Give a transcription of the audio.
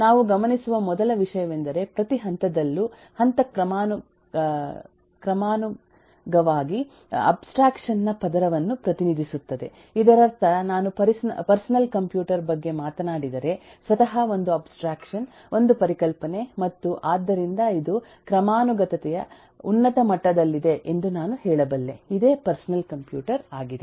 ನಾವು ಗಮನಿಸುವ ಮೊದಲ ವಿಷಯವೆಂದರೆ ಪ್ರತಿ ಹಂತದಲ್ಲು ಹಂತ ಕ್ರಮಾನುಗವಾಗಿ ಅಬ್ಸ್ಟ್ರಾಕ್ಷನ್ ನ ಪದರವನ್ನು ಪ್ರತಿನಿಧಿಸುತ್ತದೆ ಇದರರ್ಥ ನಾನು ಪರ್ಸನಲ್ ಕಂಪ್ಯೂಟರ್ ಬಗ್ಗೆ ಮಾತನಾಡಿದರೆ ಸ್ವತಃ ಒಂದು ಅಬ್ಸ್ಟ್ರಾಕ್ಷನ್ ಒಂದು ಪರಿಕಲ್ಪನೆ ಮತ್ತು ಆದ್ದರಿಂದ ಇದು ಕ್ರಮಾನುಗತತೆಯ ಉನ್ನತ ಮಟ್ಟದಲ್ಲಿದೆ ಎಂದು ನಾನು ಹೇಳಬಲ್ಲೆ ಇದೇ ಪರ್ಸನಲ್ ಕಂಪ್ಯೂಟರ್ ಆಗಿದೆ